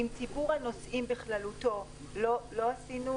עם ציבור הנוסעים בכללותו לא עשינו